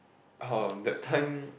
oh that time